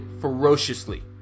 ferociously